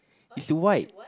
is white